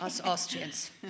Austrians